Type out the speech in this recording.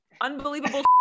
unbelievable